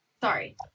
Sorry